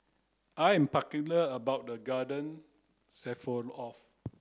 I am particular about the Garden